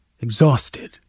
exhausted